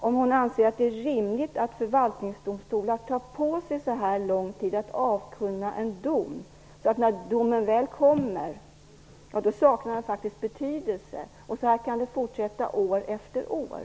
Anser justitieministern att det är rimligt att förvaltningsdomstolar tar så lång tid på sig att avkunna en dom att domen när den väl kommer saknar betydelse? Så här kan det fortsätta år efter år.